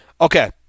Okay